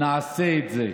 נעשה את זה,